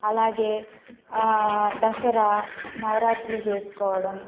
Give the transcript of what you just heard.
అలాగే దసరా నవరాత్రులు చేసుకోవడం